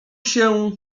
się